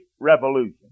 revolution